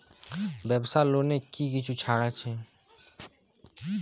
ব্যাবসার লোনে কি কিছু ছাড় আছে?